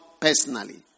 personally